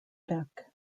beck